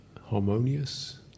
harmonious